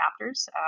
chapters